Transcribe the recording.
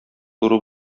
туры